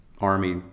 Army